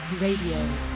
Radio